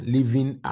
Living